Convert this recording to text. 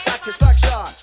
Satisfaction